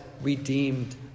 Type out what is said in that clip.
redeemed